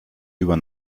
über